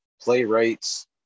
playwrights